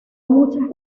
muchas